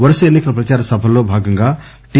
వరుస ఎన్నికల ప్రదార సభల్లో భాగంగా టి